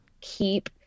keep